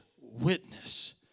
witness